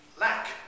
lack